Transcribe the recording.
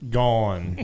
gone